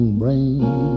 brain